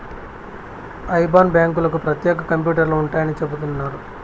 IBAN బ్యాంకులకు ప్రత్యేక కంప్యూటర్లు ఉంటాయని చెబుతున్నారు